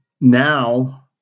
Now